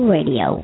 Radio